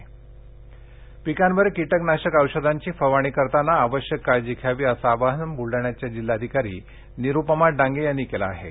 बुलडाणा पिकांवर कीटक नाशक औषधांची फवारणी करताना आवश्यक काळजी घ्यावी असं आवाहन बुलडाण्याच्या जिल्हाधिकारी निरूपमा डांगे यांनी केलं आहे